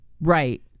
right